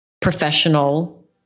professional